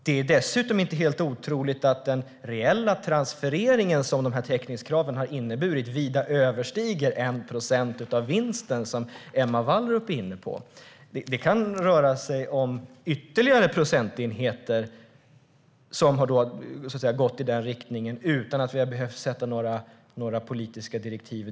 Det är dessutom inte helt otroligt att den reella transferering som täckningskraven har inneburit vida överstiger 1 procent av vinsten, som Emma Wallrup är inne på. Det kan röra sig om ytterligare procentenheter som har gått i den riktningen, utan att vi har behövt ge några politiska direktiv.